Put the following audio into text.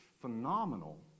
phenomenal